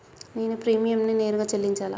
నేను ప్రీమియంని నేరుగా చెల్లించాలా?